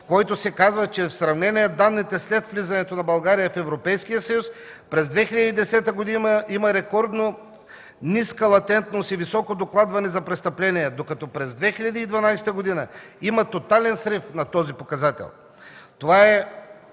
в който се казва, че в сравнение с данните след влизането на България в Европейския съюз, през 2010 г. има рекордно ниска латентност и високо докладване за престъпления, докато през 2012 г. има тотален срив на този показател.